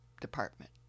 department